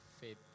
Faith